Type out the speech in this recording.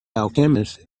alchemist